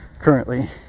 currently